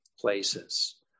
Places